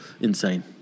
Insane